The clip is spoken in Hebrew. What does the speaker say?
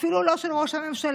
אפילו לא של ראש הממשלה,